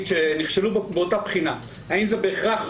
שנכשלו באותה בחינה האם זה בהכרח